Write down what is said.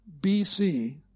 BC